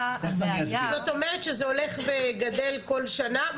זאת אומרת שזה הולך וגדל כל שנה?